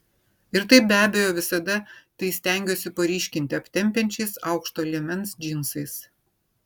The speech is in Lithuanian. ir taip be abejo visada tai stengiuosi paryškinti aptempiančiais aukšto liemens džinsais